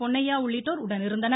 பொன்னையா உள்ளிட்டோர் உடனிருந்தனர்